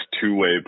two-way